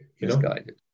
Misguided